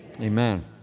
Amen